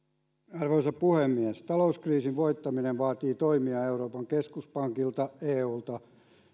arvoisa puhemies talouskriisin voittaminen vaatii toimia euroopan keskuspankilta eulta